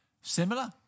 Similar